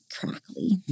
crackly